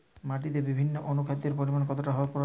মাটিতে বিভিন্ন অনুখাদ্যের পরিমাণ কতটা হওয়া প্রয়োজন?